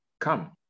come